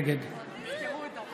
נגד